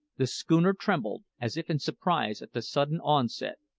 the schooner trembled, as if in surprise at the sudden onset,